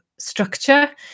structure